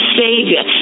savior